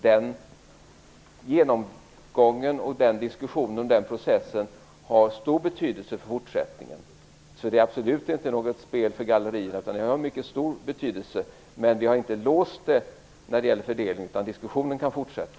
Den genomgången, den diskussionen och den processen har stor betydelse för fortsättningen. Det är absolut inte något spel för gallerierna. Detta har mycket stor betydelse, men vi har inte låst fördelningen, utan diskussionen kan fortsätta.